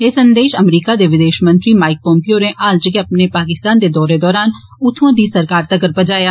एह संदेश अमरीका दे विदेश मंत्री माइक पाम्पियो होरें हाल च गै अपने पाकिस्तान दे दौरे दौरान उत्थुआ दी सरकार तगर पजाया